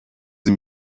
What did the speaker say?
sie